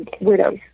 Widows